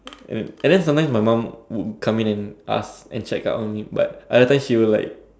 and then and then sometimes my mum would come in and ask and check up on me but other times she would like